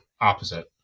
opposite